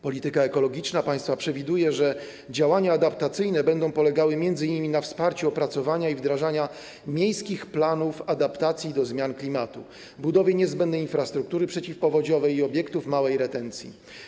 Polityka ekologiczna państwa przewiduje, że działania adaptacyjne będą polegały m.in. na wsparciu opracowania i wdrażania miejskich planów adaptacji do zmian klimatu, budowy niezbędnej infrastruktury przeciwpowodziowej i obiektów małej retencji.